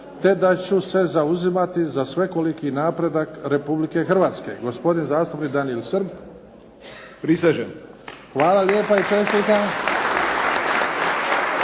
te da ću se zauzimati za svekoliko napredak Republike Hrvatske. Gospodin zastupnik Danijel Srb. **Srb, Daniel (HSP)**